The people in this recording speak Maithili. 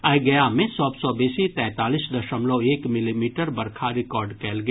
आइ गया मे सभ सँ बेसी तैंतालीस दशमलव एक मिलीमीटर बरखा रिकॉर्ड कयल गेल